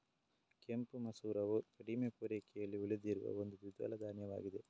ಕೆಂಪು ಮಸೂರವು ಕಡಿಮೆ ಪೂರೈಕೆಯಲ್ಲಿ ಉಳಿದಿರುವ ಒಂದು ದ್ವಿದಳ ಧಾನ್ಯವಾಗಿದೆ